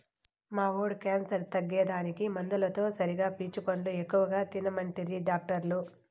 మా వోడి క్యాన్సర్ తగ్గేదానికి మందులతో సరిగా పీచు పండ్లు ఎక్కువ తినమంటిరి డాక్టర్లు